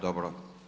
Dobro.